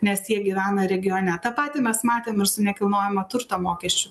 nes jie gyvena regione tą patį mes matėm ir su nekilnojamo turto mokesčiu